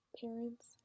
parents